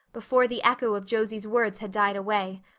before the echo of josie's words had died away.